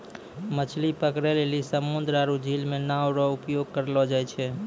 मछली पकड़ै लेली समुन्द्र आरु झील मे नांव रो उपयोग करलो जाय छै